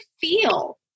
feel